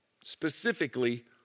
specifically